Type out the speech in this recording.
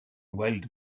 wild